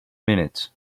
minutes